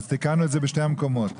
תיקנו את זה בשני המקומות.